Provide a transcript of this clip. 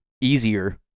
easier